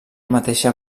mateixa